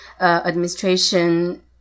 administration